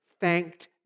thanked